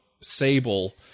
Sable